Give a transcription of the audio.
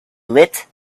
lit